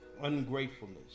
ungratefulness